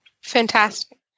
Fantastic